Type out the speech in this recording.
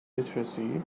literacy